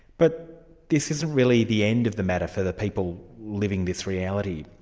but this isn't really the end of the matter for the people living this reality.